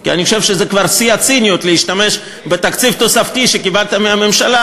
כי אני חושב שזה כבר שיא הציניות להשתמש בתקציב תוספתי שקיבלת מהממשלה,